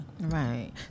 Right